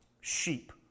sheep